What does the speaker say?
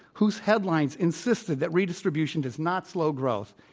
whose headlines insisted that redistribution does not slow growth,